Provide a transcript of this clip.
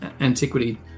antiquity